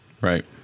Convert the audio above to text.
Right